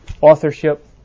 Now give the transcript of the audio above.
Authorship